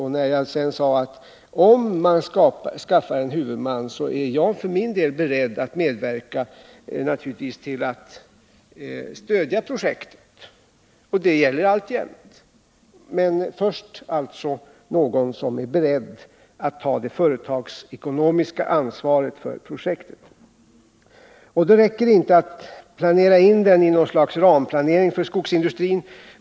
Jag sade sedan att om man skaffar en huvudman så är jag för min del naturligtvis beredd att medverka till att stödja projektet, 185 och det gäller alltjämt. Men först skall det alltså vara någon som är beredd att ta det företagsekonomiska ansvaret för projektet. Och då räcker det inte att planera in det i något slags ramplanering för skogsindustrin.